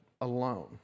alone